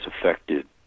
affected